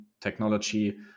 technology